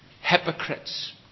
hypocrites